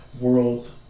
world